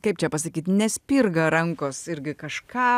kaip čia pasakyt nespirga rankos irgi kažką